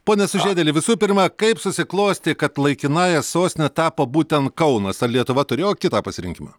pone sužiedėli visų pirma kaip susiklostė kad laikinąja sostine tapo būtent kaunas ar lietuva turėjo kitą pasirinkimą